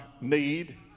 need